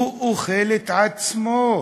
הוא אוכל את עצמו.